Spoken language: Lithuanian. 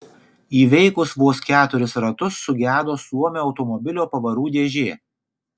įveikus vos keturis ratus sugedo suomio automobilio pavarų dėžė